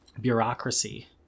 bureaucracy